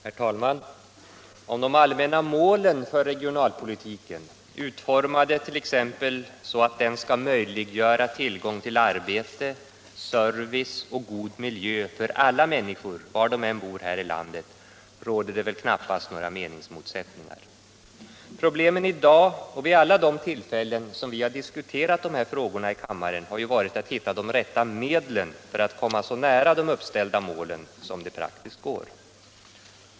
Herr talman! Om de allmänna målen för regionalpolitiken, utformade t.ex. så att den skall möjliggöra tillgång till arbete, service och god miljö för alla människor var de än bor här i landet, torde knappast råda några meningsmotsättningar. Problemet i dag och vid alla de tillfällen vi diskuterat dessa frågor i kammaren har ju varit att hitta de rätta medlen för att komma så nära de uppställda målen som det praktiskt går.